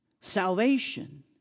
salvation